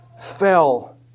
fell